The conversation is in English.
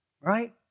right